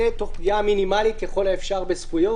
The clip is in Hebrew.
תוך פגיעה מינימלית ככל האפשר בזכויות.